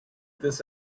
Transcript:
this